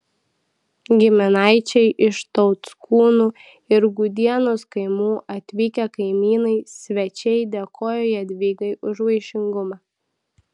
giminaičiai iš tauckūnų ir gudienos kaimų atvykę kaimynai svečiai dėkojo jadvygai už vaišingumą